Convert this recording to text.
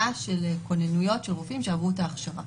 של כוננויות של רופאים שעברו את ההכשרה,